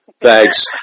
Thanks